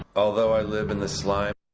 although i live in the slime